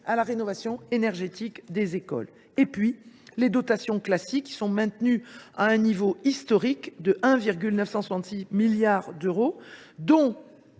à la rénovation énergétique des écoles ; deuxièmement, les dotations « classiques », maintenues à un niveau historique, 1,966 milliard d’euros, dont